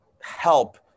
help